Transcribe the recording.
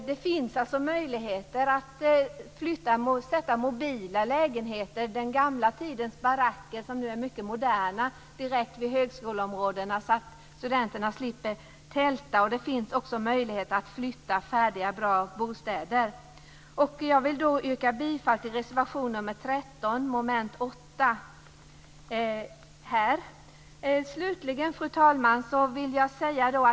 Det finns alltså möjligheter att ha mobila lägenheter - den gamla tidens baracker som nu är mycket moderna - direkt vid högskoleområdena så att studenterna slipper tälta. Det finns också möjligheter att flytta färdiga och bra bostäder. Slutligen, fru talman!